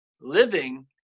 Living